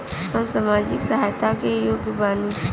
हम सामाजिक सहायता के योग्य बानी?